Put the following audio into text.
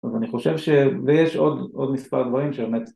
‫אז אני חושב ש... ‫ויש עוד מספר דברים שבאמת...